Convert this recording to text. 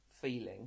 feeling